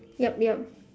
yup yup